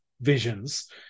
visions